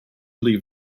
leave